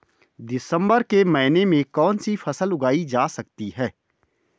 दिसम्बर के महीने में कौन सी फसल उगाई जा सकती है?